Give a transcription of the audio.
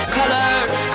colors